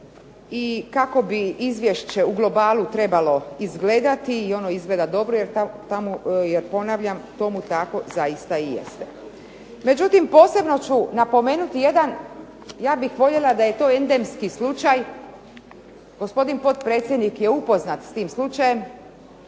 i kako bi izvješće u globalu trebalo izgledati i ono izgleda dobro jer, ponavljam, tomu tako zaista i jeste. Međutim, posebno ću napomenuti jedan, ja bih voljela da je to endemski slučaj, gospodin potpredsjednik je upoznat s tim slučajem,